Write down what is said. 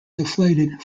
deflated